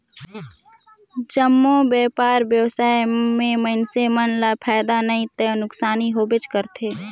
जम्मो बयपार बेवसाय में मइनसे मन ल फायदा नइ ते नुकसानी होबे करथे